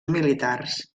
militars